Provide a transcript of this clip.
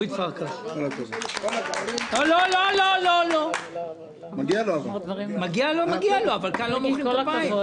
לא, כאן לא מוחאים כפיים.